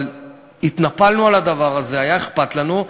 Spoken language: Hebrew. אבל התנפלנו על הדבר הזה, היה אכפת לנו.